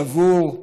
שבור,